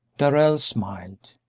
darrell smiled.